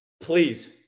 please